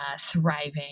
thriving